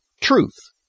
truth